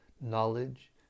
knowledge